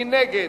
מי נגד?